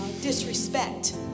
disrespect